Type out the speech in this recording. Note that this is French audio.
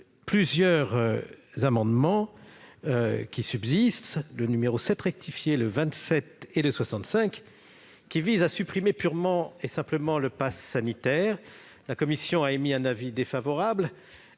viens aux amendements identiques n 7 rectifié, 27 et 65, qui visent à supprimer purement et simplement le passe sanitaire. La commission a émis un avis défavorable